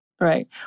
right